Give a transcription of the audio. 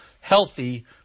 healthy